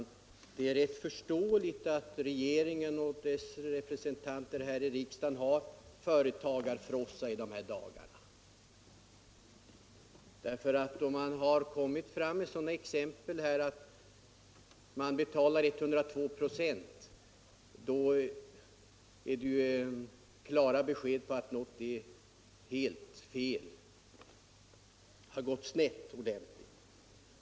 Fru talman! Det är förståeligt att regeringen och dess representanter i riksdagen har företagarfrossa i de här dagarna! När det har tagits fram sådana exempel här som att man kan få betala 102 96 i skatt är ju det klara besked om att något är helt fel — då har det gått snett ordentligt.